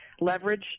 leverage